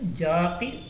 jati